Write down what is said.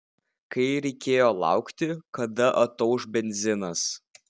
kai reikėjo laukti kada atauš benzinas